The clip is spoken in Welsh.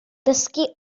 dysgu